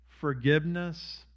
forgiveness